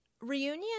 reunion